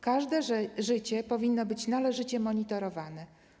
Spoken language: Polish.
Każde życie powinno być należycie monitorowane.